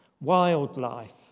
wildlife